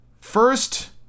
first